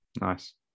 Nice